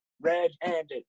red-handed